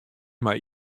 mei